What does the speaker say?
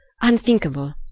unthinkable